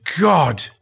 God